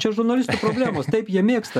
čia žurnalistų problemos taip jie mėgsta